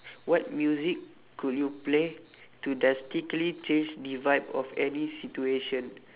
what music could you play to drastically change the vibe of any situation